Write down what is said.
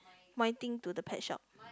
pointing to the pet shop